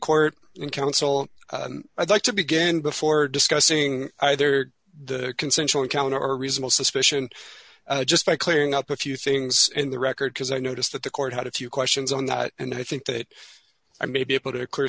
court and counsel i'd like to begin before discussing either the consensual encounter or reasonable suspicion just by clearing up a few things in the record because i noticed that the court had a few questions on that and i think that i may be able to